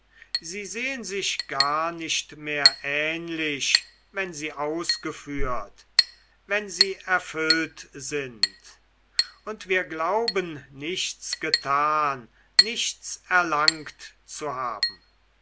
sie sehen sich gar nicht mehr ähnlich wenn sie ausgeführt wenn sie erfüllt sind und wir glauben nichts getan nichts erlangt zu haben